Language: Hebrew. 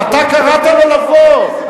אתה קראת לו לבוא.